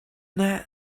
that